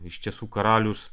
iš tiesų karalius